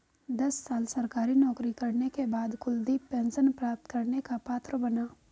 दस साल सरकारी नौकरी करने के बाद कुलदीप पेंशन प्राप्त करने का पात्र बना